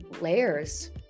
layers